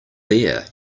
there